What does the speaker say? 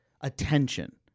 attention